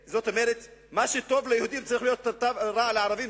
האם מה שטוב ליהודים צריך להיות רע לערבים,